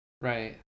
Right